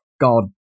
God